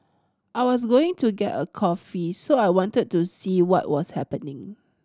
I was going to get a coffee so I wanted to see what was happening